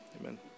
amen